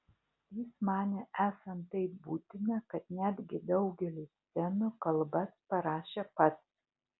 jis manė esant taip būtina kad netgi daugeliui scenų kalbas parašė pats